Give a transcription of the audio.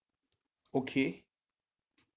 okay